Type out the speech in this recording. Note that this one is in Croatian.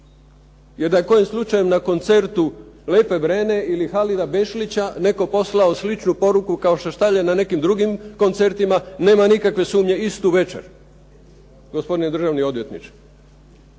Jer da je kojim slučajem na koncertu Lepe Brene ili Halida Bešlića netko poslao sličnu poruku kao što stavlja na nekim drugim koncertima nema nikakve sumnje istu večer, gospodine državni odvjetniče,